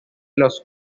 los